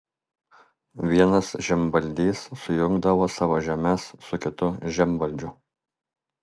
vienas žemvaldys sujungdavo savo žemes su kitu žemvaldžiu